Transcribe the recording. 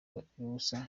bagiruwubusa